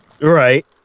Right